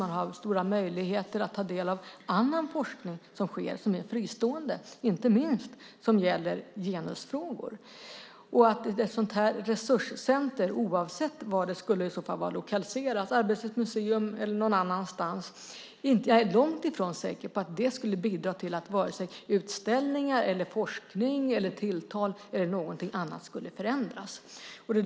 Man har stora möjligheter att ta del av annan forskning som är fristående, inte minst sådan som gäller genusfrågor. Jag är långt ifrån säker på att ett resurscentrum - oavsett om det är lokaliserat till Arbetets museum eller någon annanstans - skulle bidra till att utställningar, forskning, tilltal eller något annat skulle förändras.